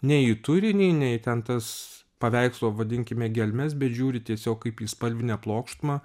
ne į turinį ne į ten tas paveikslo vadinkime gelmes bet žiūri tiesiog kaip į spalvinę plokštumą